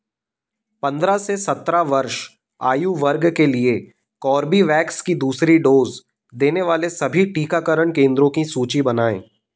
पंद्रह से सत्रह वर्ष आयु वर्ग के लिए कोर्बेवैक्स की दूसरी डोज़ देने वाले सभी टीकाकरण केंद्रों की सूची बनाएँ